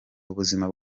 ubuzima